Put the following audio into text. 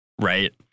Right